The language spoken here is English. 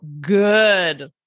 good